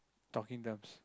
talking terms